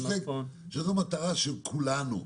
שזו המטרה של כולנו.